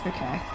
Okay